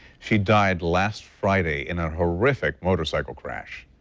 she died last friday in a horrific motorcycle crash.